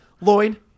Lloyd